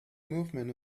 movement